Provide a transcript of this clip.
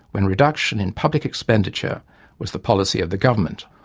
when reduction in public expenditure was the policy of the government,